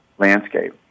landscape